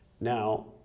Now